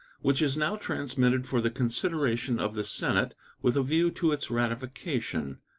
which is now transmitted for the consideration of the senate with a view to its ratification.